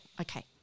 okay